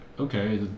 Okay